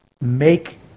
make